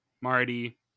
marty